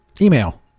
email